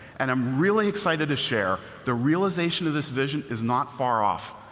and i'm really excited to share, the realization of this vision is not far off.